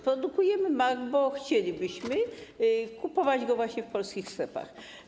Produkujemy mak, bo chcielibyśmy kupować go właśnie w polskich sklepach.